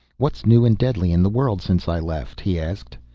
what's new and deadly in the world since i left? he asked.